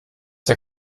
der